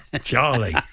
Charlie